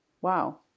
Wow